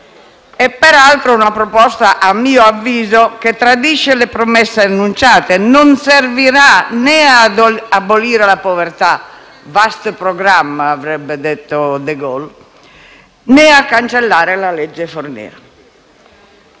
Peraltro, è una proposta che - a mio avviso - tradisce le promesse annunciate: non servirà né ad abolire la povertà - «*vaste programme*» avrebbe detto De Gaulle - né a cancellare la legge Fornero.